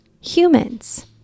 humans